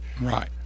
Right